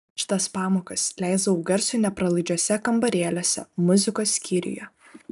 aš tas pamokas leisdavau garsui nepralaidžiuose kambarėliuose muzikos skyriuje